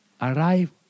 Arrive